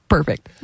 Perfect